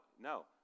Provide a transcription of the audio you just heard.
no